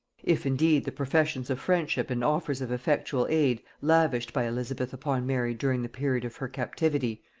if indeed the professions of friendship and offers of effectual aid lavished by elizabeth upon mary during the period of her captivity,